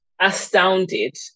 astounded